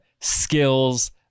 skills